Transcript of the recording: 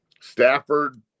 Stafford